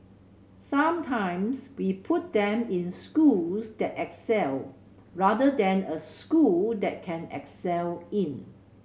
sometimes we put them in schools that excel rather than a school that can excel in